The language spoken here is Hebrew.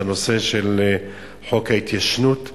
זה הנושא של חוק ההתיישנות,